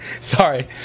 Sorry